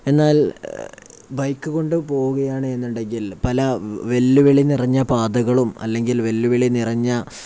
എന്നാൽ ബൈക്ക് കൊണ്ട് പോവുകയാണെന്നുണ്ടെങ്കിൽ പല വെല്ലുവിളി നിറഞ്ഞ പാതകളും അല്ലെങ്കിൽ വെല്ലുവിളി നിറഞ്ഞ